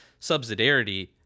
subsidiarity